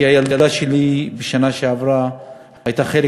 כי בשנה שעברה הילדה שלי הייתה חלק